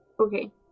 Okay